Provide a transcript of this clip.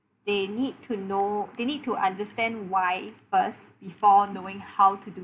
they need to know they need to understand why first before knowing how to do